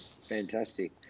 Fantastic